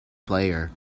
player